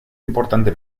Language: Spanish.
importante